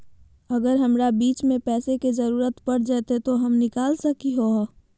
अगर हमरा बीच में पैसे का जरूरत पड़ जयते तो हम निकल सको हीये